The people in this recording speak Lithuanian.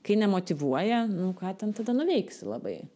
kai nemotyvuoja nu ką ten tada nuveiksi labai